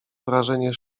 wrażenie